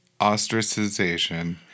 ostracization